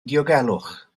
diogelwch